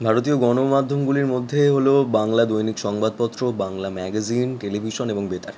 ভারতীয় গণ মাধ্যমগুলির মধ্যে হলো বাংলা দৈনিক সংবাদপত্র বাংলা ম্যাগাজিন টেলিভিশন এবং বেতার